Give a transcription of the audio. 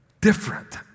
different